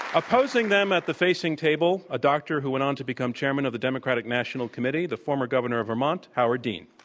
opposing them at the facing table, a doctor who went on to become chairman of the democratic national committee, the former governor of vermont, howard dean.